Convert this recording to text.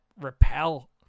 repel